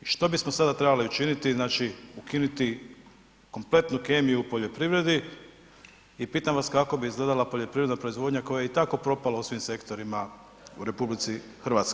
I što bismo sada trebali učiniti, znači ukinuti kompletnu kemiju u poljoprivredi i pitam vas kako bi izgledala poljoprivredna proizvodnja koja je i tako propala u svim sektorima u RH.